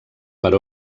per